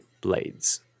Blades